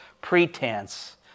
pretense